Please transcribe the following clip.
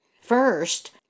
First